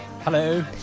Hello